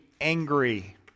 angry